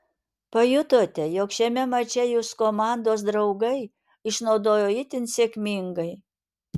pajutote jog šiame mače jus komandos draugai išnaudojo itin sėkmingai